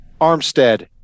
armstead